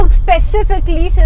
specifically